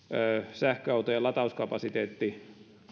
sähköautojen latauskapasiteetti